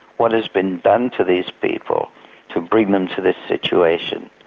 what has been done to these people to bring them to this situation?